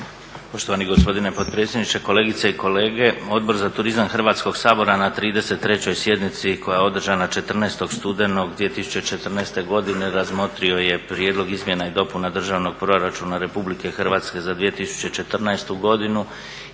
Poštovani gospodine predsjedniče, kolegice i kolege. Odbor za turizam Hrvatskoga sabora na 33.sjednici koja je održana 14.studenog 2014.godine razmotrio je Prijedlog izmjena i dopuna Državnog proračuna RH za 2014.godinu